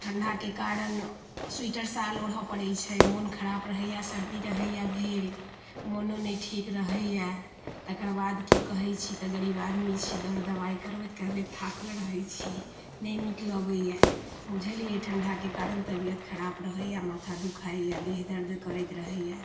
ठण्डाके कारण स्वेटर शाल ओढ़ऽ पड़ै छै मोन खराब रहैए सर्दी रहैये भेल मोनो नहि ठीक रहैय तकर बाद की कहै छी तऽ गरीब आदमी छी दर दबाइ करबैत करबैत थाकल रहै छी नहि नीक लगये बुझलियै ठण्डाके कारण तबियत खराब रहैये माथा दुखाइये देह दर्द करैत रहैये